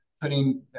putting